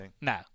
No